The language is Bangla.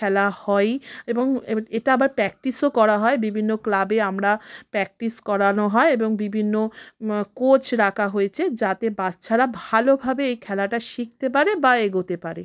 খেলা হয়ই এবং এটা আবার প্র্যাকটিসও করা হয় বিভিন্ন ক্লাবে আমরা প্র্যাকটিস করানো হয় এবং বিভিন্ন কোচ রাখা হয়েছে যাতে বাচ্চারা ভালোভাবে এই খেলাটা শিখতে পারে বা এগোতে পারে